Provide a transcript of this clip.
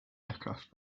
aircraft